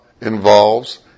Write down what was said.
involves